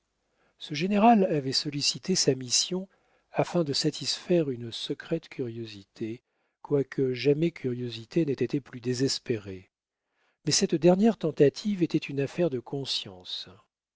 ce général avait sollicité sa mission afin de satisfaire une secrète curiosité quoique jamais curiosité n'ait été plus désespérée mais cette dernière tentative était une affaire de conscience